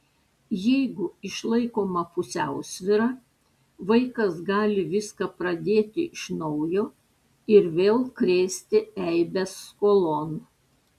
jeigu išlaikoma pusiausvyra vaikas gali viską pradėti iš naujo ir vėl krėsti eibes skolon